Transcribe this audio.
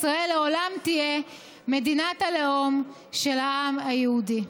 ישראל לעולם תהיה מדינת הלאום של העם היהודי.